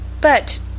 But